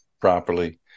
properly